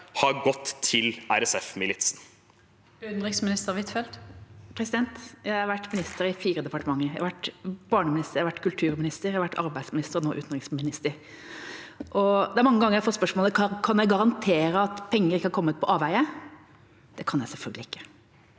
har gått til RSF-militsen. Utenriksminister Anniken Huitfeldt Jeg har vært minister i fire departementer. Jeg har vært barneminister, kulturminister, arbeidsminister og nå utenriksminister. Det er mange ganger jeg får spørsmål om jeg kan garantere at penger ikke har kommet på avveie. Det kan jeg selvfølgelig ikke,